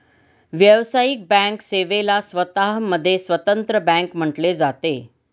व्यावसायिक बँक सेवेला स्वतः मध्ये स्वतंत्र बँक म्हटले जाते